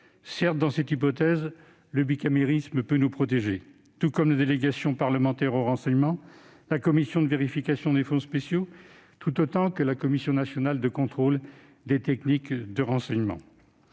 Certes, dans cette hypothèse, le bicamérisme peut nous protéger, tout comme la délégation parlementaire au renseignement, la commission de vérification des fonds spéciaux, ou encore la Commission nationale de contrôle des techniques de renseignement,